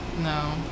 no